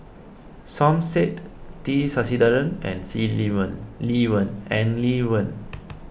Som Said T Sasitharan and See Lee Wen Lee Wen and Lee Wen